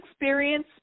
experience